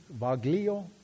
vaglio